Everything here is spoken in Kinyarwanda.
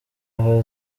aho